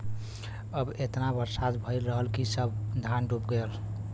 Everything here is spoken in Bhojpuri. अब एतना बरसात भयल रहल कि सब धान डूब गयल